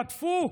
חטפו,